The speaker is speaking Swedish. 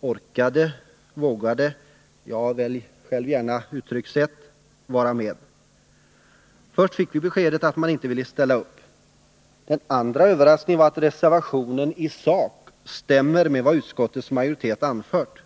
orkade, vågade — ja välj gärna själv uttryckssätt — vara med. Först fick vi beskedet att socialdemokraterna inte ville ställa upp. Den andra överraskningen var att reservationen i sak stämmer med vad utskottets majoritet anfört.